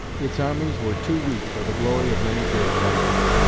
its armies were too weak for the glory of many great battles.